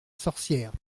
sorcière